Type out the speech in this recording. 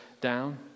down